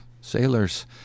sailors